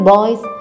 Boys